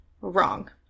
Wrong